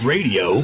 Radio